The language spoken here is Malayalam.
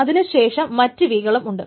അതിനുശേഷം മറ്റ് vകളും ഉണ്ട്